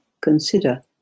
consider